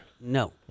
No